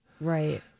Right